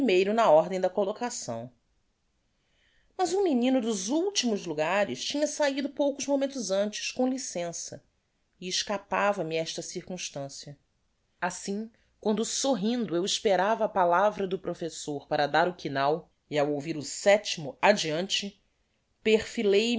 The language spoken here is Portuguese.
primeiro na ordem da collocação mas um menino dos ultimos lugares tinha sahido poucos momentos antes com licença e escapava me esta circumstancia assim quando sorrindo eu esperava a palavra do professor para dar o quináo e ao ouvir o setimo adeante